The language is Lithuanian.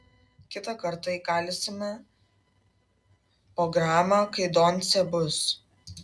kitą kartą įkalsime po gramą kai doncė bus